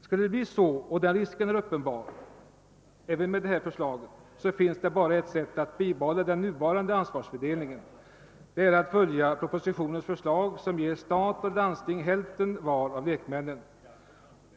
Skulle det bli så — och risken är uppenbar — finns det bara ett sätt att bibehålla den nuvarande ansvarsfördelningen, nämligen att bifalla propositionens förslag, som ger stat och landsting rätt att utse hälften var av lekmännen.